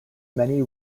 many